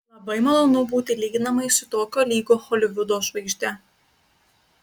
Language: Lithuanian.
labai malonu būti lyginamai su tokio lygio holivudo žvaigžde